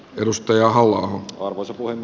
edustaja halla valkosipulin